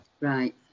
Right